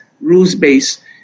rules-based